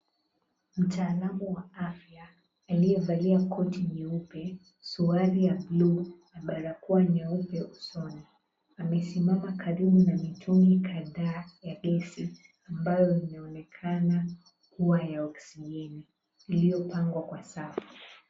Mtaalamu wa afya aliyevalia koti nyeupe, suruali ya blu, na barakoa nyeupe usoni, amesimama karibu na mitungi kadhaa ya gesi ambalo linaonekana kuwa ya oxygen , iliyopangwa kwa safu.